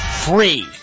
free